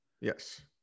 Yes